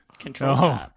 control